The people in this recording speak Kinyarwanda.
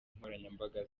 nkoranyambaga